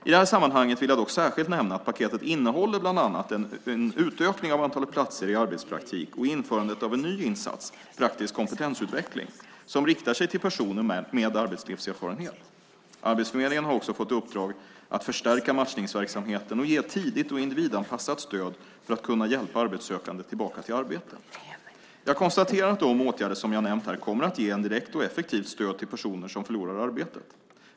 I det här sammanhanget vill jag dock särskilt nämna att paketet bland annat innehåller en utökning av antalet platser i arbetspraktik och införandet av en ny insats, praktisk kompetensutveckling, som riktar sig till personer med arbetslivserfarenhet. Arbetsförmedlingen har också fått i uppdrag att förstärka matchningsverksamheten och ge ett tidigt och individanpassat stöd för att kunna hjälpa arbetssökande tillbaka till arbete. Jag konstaterar att de åtgärder som jag har nämnt här kommer att ge ett direkt och effektivt stöd till personer som förlorar arbetet.